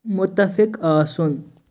مُتَفِق آسُن